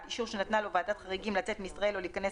אישור שנתנה לו ועדת חריגים לצאת מישראל או להיכנס